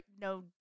no